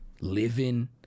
living